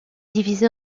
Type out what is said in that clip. divisé